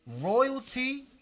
Royalty